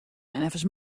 neffens